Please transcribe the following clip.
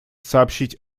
сообщить